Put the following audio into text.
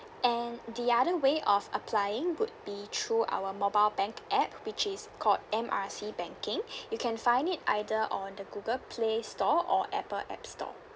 and the other way of applying would be through our mobile bank app which is called M R C banking you can find it either on the google play store or apple app store